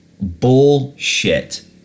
bullshit